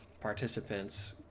participants